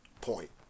Point